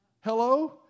hello